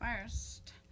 first